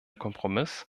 kompromiss